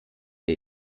ihr